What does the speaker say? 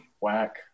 whack